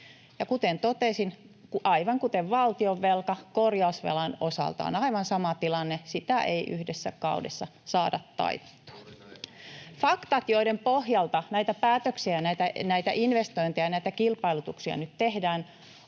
kuten totesin, aivan kuten valtionvelka, korjausvelan osalta on aivan sama tilanne, sitä ei yhdessä kaudessa saada taitettua. Faktat, joiden pohjalta näitä päätöksiä, näitä investointeja, näitä kilpailutuksia nyt tehdään,